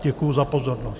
Děkuji za pozornost.